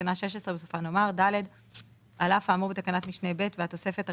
בתקנה 16 בסופה נאמר: "(ד)על אף האמור בתקנת משנה (ב) והתוספת הראשונה,